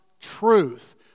truth